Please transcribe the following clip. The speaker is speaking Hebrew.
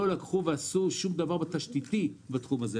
לקחו ולא עשו שום דבר תשתיתי בתחום הזה.